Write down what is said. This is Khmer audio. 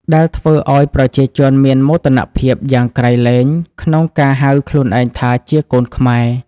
ដែលធ្វើឱ្យប្រជាជនមានមោទនភាពយ៉ាងក្រៃលែងក្នុងការហៅខ្លួនឯងថាជា កូនខ្មែរ។